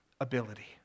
ability